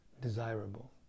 desirable